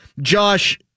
Josh